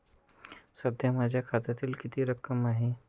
सध्या माझ्या खात्यात किती रक्कम आहे?